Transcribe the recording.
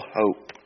hope